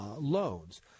loans